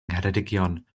ngheredigion